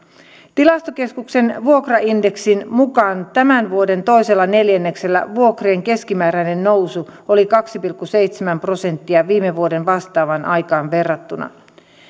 tilastokeskuksen vuokraindeksin mukaan tämän vuoden toisella neljänneksellä vuokrien keskimääräinen nousu oli kaksi pilkku seitsemän prosenttia viime vuoden vastaavaan aikaan verrattuna